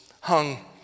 hung